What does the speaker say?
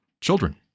children